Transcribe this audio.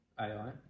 AI